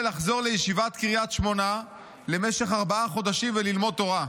לחזור לישיבת קריית שמונה למשך ארבעה חודשים וללמוד תורה.